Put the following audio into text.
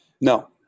No